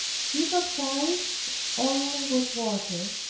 he baptized only with water,